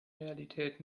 realität